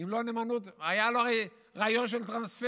אם לא נאמנות, היה לו הרי רעיון של טרנספר,